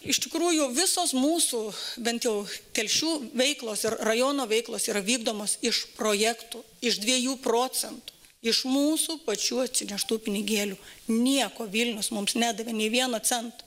iš tikrųjų visos mūsų bent jau telšių veiklos ir rajono veiklos yra vykdomos iš projektų iš dviejų procentų iš mūsų pačių atsineštų pinigėlių nieko vilnius mums nedavė nei vieno cento